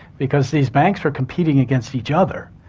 because these banks were competing against each other,